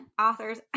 authors